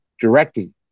directing